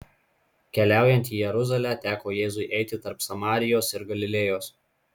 keliaujant į jeruzalę teko jėzui eiti tarp samarijos ir galilėjos